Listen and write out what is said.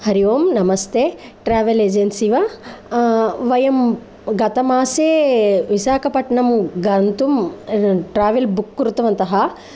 हरि ओं नमस्ते travel agency वा वयं गतमासे विशाकपट्टणं गन्तुं ट्रावेल् बुक् कृतवन्तः